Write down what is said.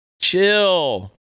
chill